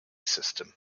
system